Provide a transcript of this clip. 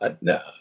No